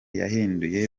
yahinduye